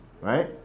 right